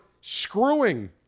screwing